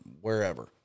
wherever